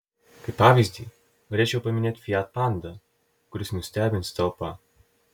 kaip pavyzdį galėčiau paminėti fiat panda kuris nustebins talpa